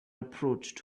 approached